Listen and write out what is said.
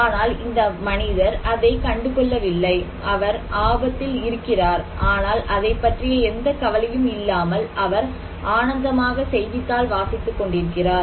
ஆனால் இந்த மனிதர் அதை கண்டுகொள்ளவில்லை அவர் ஆபத்தில் இருக்கிறார் ஆனால் அதைப் பற்றிய எந்த கவலையும் இல்லாமல் அவர் ஆனந்தமாக செய்தித்தாள் வாசித்து கொண்டிருக்கிறார்